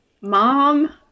mom